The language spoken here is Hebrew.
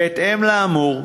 בהתאם לאמור,